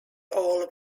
all